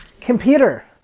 Computer